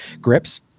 grips